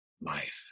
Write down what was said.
life